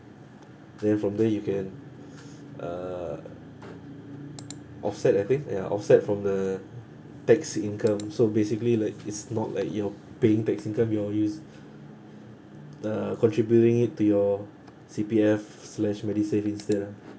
then from there you can uh offset I think ya offset from the tax income so basically like it's not like you're paying tax income you are us~ uh contributing it to your C_P_F slash medisave instead lah